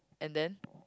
and then